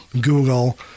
Google